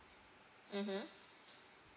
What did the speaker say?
mmhmm